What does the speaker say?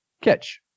catch